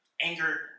anger